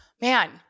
man